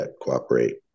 cooperate